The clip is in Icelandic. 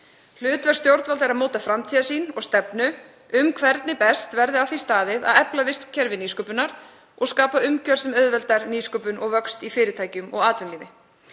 Hlutverk stjórnvalda er að móta framtíðarsýn og stefnu um hvernig best verði að því staðið að efla vistkerfi nýsköpunar og skapa umgjörð sem auðveldar nýsköpun og vöxt í fyrirtækjum og atvinnulífi.